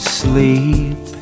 sleep